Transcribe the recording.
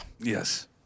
Yes